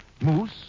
Moose